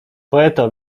poeto